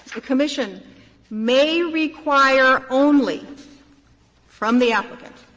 the commission may require only from the applicant.